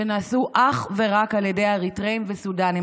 שנעשו אך ורק על ידי אריתריאים וסודנים.